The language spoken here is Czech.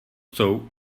jsou